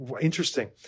interesting